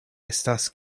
estas